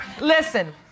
Listen